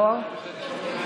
חבר הכנסת זוהר, 5?